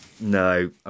No